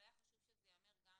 אבל היו חשוב שזה ייאמר גם